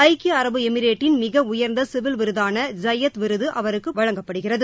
ஐக்கிய அரபு எமிரேட்டின் மிக உயர்ந்த சிவில் விருதான ஜாயத் விருது அங்கு பிரதமருக்கு வழங்கப்படுகிறது